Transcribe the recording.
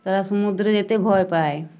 তারা সমুদ্রে যেতে ভয় পায়